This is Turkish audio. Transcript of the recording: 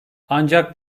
ancak